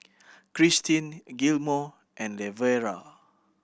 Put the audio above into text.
Christin Gilmore and Lavera